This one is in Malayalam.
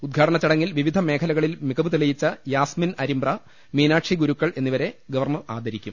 ഉദ്ഘാടന ചടങ്ങിൽ വിവിധ മേഖലക ളിൽ മികവ് തെളിയിച്ച യാസ്മിൻ അരിമ്പ്ര മീനാക്ഷി ഗുരുക്കൾ എന്നിവരെ ഗവർണർ ആദരിക്കും